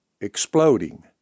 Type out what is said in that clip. exploding